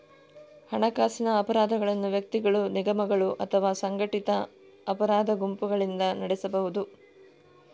ಹಣಕಾಸಿನ ಅಪರಾಧಗಳನ್ನು ವ್ಯಕ್ತಿಗಳು, ನಿಗಮಗಳು ಅಥವಾ ಸಂಘಟಿತ ಅಪರಾಧ ಗುಂಪುಗಳಿಂದ ನಡೆಸಬಹುದು